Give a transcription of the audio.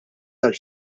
tal